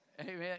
Amen